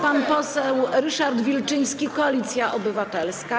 Pan poseł Ryszard Wilczyński, Koalicja Obywatelska.